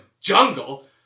jungle